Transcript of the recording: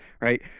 right